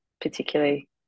particularly